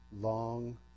long